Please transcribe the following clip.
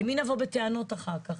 למי נבוא בטענות אחר כך?